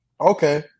okay